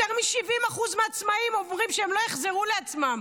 יותר מ-70% מהעצמאים אומרים שהם לא יחזרו לעצמם,